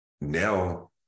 now